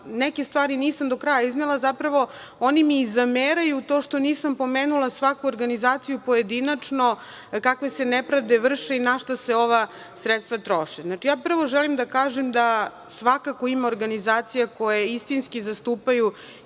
Neke stvari nisam do kraja iznela, zapravo, oni mi i zameraju to što nisam pomenula svaku organizaciju pojedinačno, kakve se nepravde vrše i na šta se ova sredstva troše. Znači, prvo želim da kažem da svakako ima organizacija koje istinski zastupaju